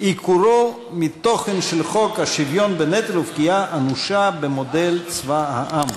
עיקורו מתוכן של חוק השוויון בנטל ופגיעה אנושה במודל צבא העם.